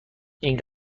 این